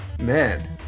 Man